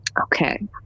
Okay